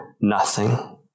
nothing